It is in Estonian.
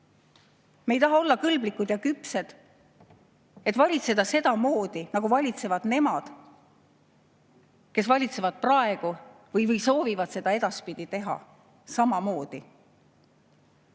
Me ei taha olla kõlblikud ja küpsed, et valitseda sedamoodi, nagu valitsevad nemad, kes valitsevad praegu või soovivad seda edaspidi teha samamoodi.